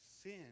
Sin